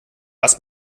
was